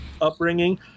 upbringing